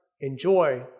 enjoy